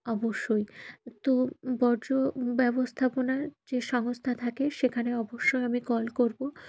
অবশ্যই তো বর্জ্য ব্যবস্থাপনার যে সংস্থা থাকে সেখানে অবশ্যই আমি কল করবো